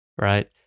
right